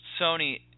Sony